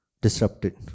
disrupted